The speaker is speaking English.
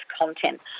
content